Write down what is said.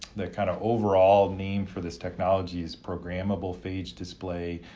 the kind of overall name for this technology is programmable phage display.